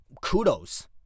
kudos